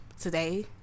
today